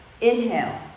Inhale